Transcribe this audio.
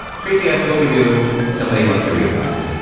tracey asked what we do if somebody wants a refund.